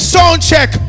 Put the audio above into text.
Soundcheck